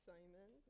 Simon